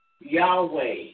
Yahweh